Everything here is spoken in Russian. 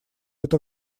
это